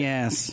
Yes